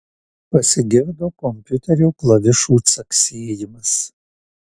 pasigirdo kompiuterio klavišų caksėjimas